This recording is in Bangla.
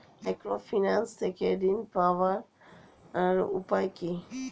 মাইক্রোফিন্যান্স থেকে ঋণ পাওয়ার উপায় কি?